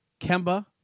Kemba